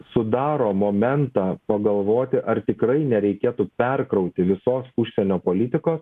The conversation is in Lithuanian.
sudaro momentą pagalvoti ar tikrai nereikėtų perkrauti visos užsienio politikos